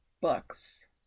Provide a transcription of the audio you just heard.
books